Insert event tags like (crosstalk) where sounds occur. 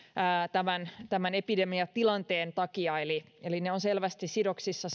epidemiatilanteen takia eli eli ne ovat selvästi sidoksissa (unintelligible)